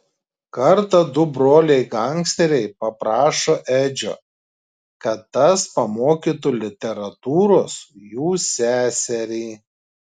kartą du broliai gangsteriai paprašo edžio kad tas pamokytų literatūros jų seserį